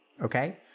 Okay